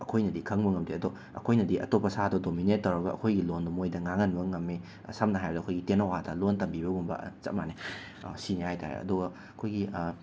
ꯑꯩꯈꯣꯏꯅꯗꯤ ꯈꯪꯕ ꯉꯝꯗꯦ ꯑꯗꯣ ꯑꯩꯈꯣꯏꯅꯗꯤ ꯑꯇꯣꯞꯄ ꯁꯥꯗꯣ ꯗꯣꯃꯤꯅꯦꯠ ꯇꯧꯔꯒ ꯑꯩꯈꯣꯏꯒꯤ ꯂꯣꯟꯗꯣ ꯃꯣꯏꯗ ꯉꯥꯡꯍꯟꯕ ꯉꯝꯃꯤ ꯁꯝꯅ ꯍꯥꯏꯔꯕꯗ ꯑꯩꯈꯣꯏꯒꯤ ꯇꯦꯅꯋꯥꯗ ꯂꯣꯟ ꯇꯝꯕꯤꯕꯒꯨꯝꯕ ꯆꯞ ꯃꯥꯟꯅꯩ ꯁꯤꯅꯦ ꯍꯥꯏꯇꯥꯔꯦ ꯑꯗꯨꯒ ꯑꯩꯈꯣꯏꯒꯤ